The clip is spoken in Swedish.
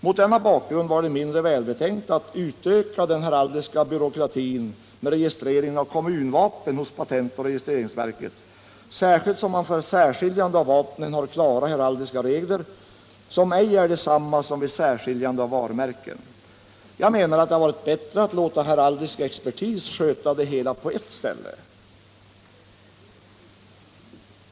Mot denna bakgrund var det mindre välbetänkt att utöka den heraldiska byråkratin med registreringen av kommunvapen hos patentoch registreringsverket, särskilt som man för särskiljande av vapen har klara heraldiska regler, som inte är desamma som vid särskiljande av varumärken. Jag menar att det hade varit bättre att låta heraldisk expertis sköta det hela på ert ställe.